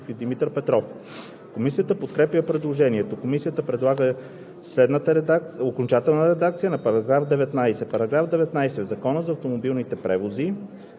По § 19 по оспорените текстове има предложение от народните представители Иглика Иванова – Събева, Станислав Попов, Станислав Иванов, Павел Христов и Димитър Петров.